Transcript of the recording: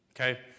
Okay